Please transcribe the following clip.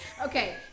Okay